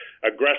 aggressive